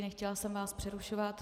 Nechtěla jsem vás přerušovat.